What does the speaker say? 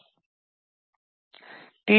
D